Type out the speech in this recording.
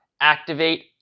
activate